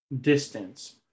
distance